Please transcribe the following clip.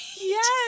Yes